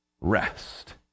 rest